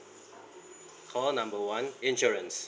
call number one insurance